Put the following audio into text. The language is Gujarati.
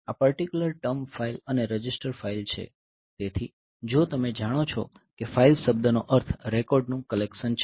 આ પર્ટીક્યુલર ટર્મ ફાઇલ અને રજિસ્ટર ફાઇલ છે તેથી જો તમે જાણો છો કે ફાઈલ શબ્દનો અર્થ રેકોર્ડનું કલેક્શન છે